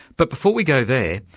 but before we go there,